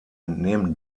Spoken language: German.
entnehmen